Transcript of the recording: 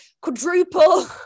quadruple